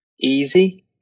easy